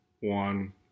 one